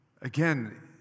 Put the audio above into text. again